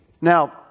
Now